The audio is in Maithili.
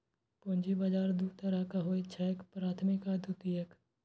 पूंजी बाजार दू तरहक होइ छैक, प्राथमिक आ द्वितीयक